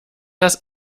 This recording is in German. das